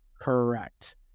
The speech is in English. Correct